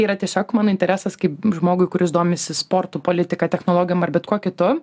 yra tiesiog mano interesas kaip žmogui kuris domisi sportu politika technologijom ar bet kuo kitu